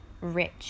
rich